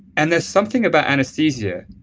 and there's something about anesthesia,